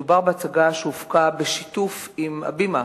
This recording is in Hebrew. מדובר בהצגה שהופקה בשיתוף, "הבימה"